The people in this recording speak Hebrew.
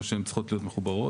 כמו שהן צריכות להיות מחוברות.